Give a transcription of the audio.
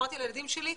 אמרתי לילדים שלי,